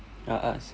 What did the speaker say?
ah us